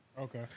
Okay